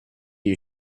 you